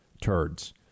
turds